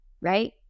right